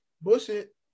Bullshit